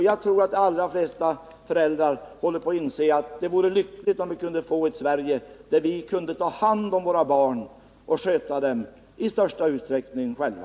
Jag tror att de allra flesta föräldrar håller på att inse att det vore lyckligt, om vi kunde få ett Sverige där de kunde ta hand om sina barn och i största utsträckning sköta dem själva.